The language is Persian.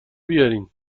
بیارین